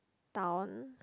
town